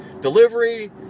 delivery